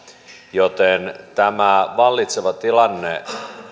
joten tämä vallitseva tilanne